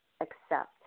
accept